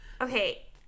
Okay